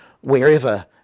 wherever